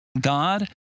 God